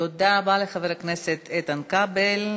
תודה רבה לחבר הכנסת איתן כבל.